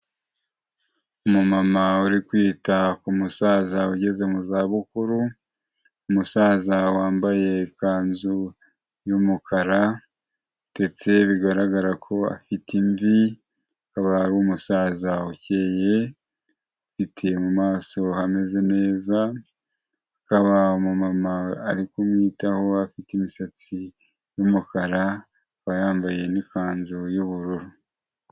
Umumama uri kwita ku musaza ugeze mu zabukuru, umusaza wambaye ikanzu y'umukara ndetse bigaragara ko afite imvi. Akaba ari umusaza ukeye, ufite mu maso hameze neza, akaba umumama ari kumwitaho afite imisatsi y'umukara akaba yambaye n'ikanzu y'ubururu.